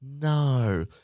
no